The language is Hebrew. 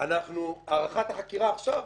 הארכת החקירה עכשיו,